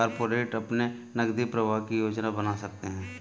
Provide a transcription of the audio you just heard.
corporate अपने नकदी प्रवाह की योजना बना सकते हैं